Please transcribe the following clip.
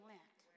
Lent